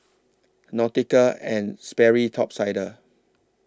Nautica and Sperry Top Sider